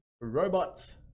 robots